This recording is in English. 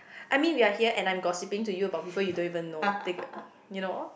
I mean we are here and I'm gossiping to you about people you don't even know you know